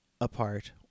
apart